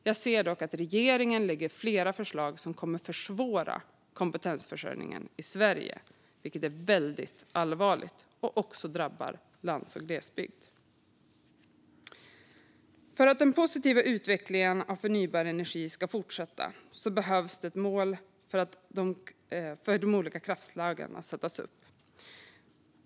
Jag ser dock att regeringen lägger fram flera förslag som kommer att försvåra för kompetensförsörjningen i Sverige, vilket är väldigt allvarligt. Det kommer också att drabba lands och glesbygd. För att den positiva utvecklingen av förnybar energi ska fortsätta behöver mål sättas upp för de olika kraftslagen.